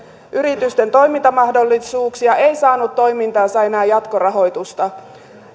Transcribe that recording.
yritysten toimintamahdollisuuksia ei saanut toimintaansa enää jatkorahoitusta